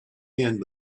end